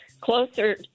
closer